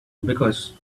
because